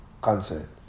concert